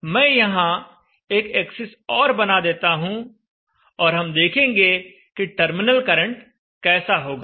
मैं यहां एक एक्सिस और बना देता हूं और हम देखेंगे कि टर्मिनल करंट कैसा होगा